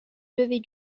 lever